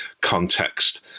context